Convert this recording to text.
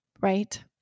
Right